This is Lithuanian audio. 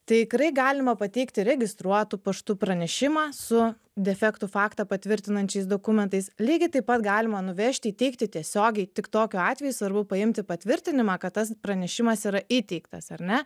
tikrai galima pateikti registruotu paštu pranešimą su defektų faktą patvirtinančiais dokumentais lygiai taip pat galima nuvežti įteikti tiesiogiai tik tokiu atveju svarbu paimti patvirtinimą kad tas pranešimas yra įteiktas ar ne